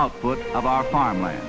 output of our farmland